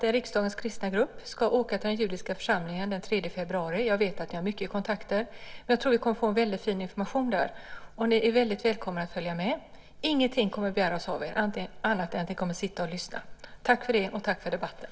Riksdagens kristna grupp ska åka till den judiska församlingen den 3 februari, och jag vill inbjuda statsrådet Sahlin. Jag vet att ni har mycket kontakter. Jag tror att vi kommer att få väldigt fin information där. Ni är välkomna att följa med. Ingenting annat kommer att begäras av er än att ni sitter och lyssnar. Tack för det, och tack för debatten!